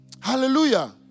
Hallelujah